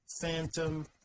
phantom